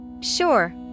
Sure